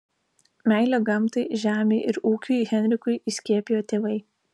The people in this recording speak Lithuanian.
meilę gamtai žemei ir ūkiui henrikui įskiepijo tėvai